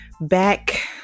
back